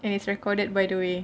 it's recorded by the way